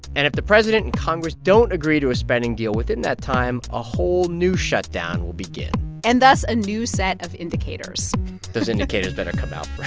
and if the president congress don't agree to a spending deal within that time, a whole new shutdown will begin and thus, a new set of indicators those indicators better come out